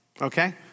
Okay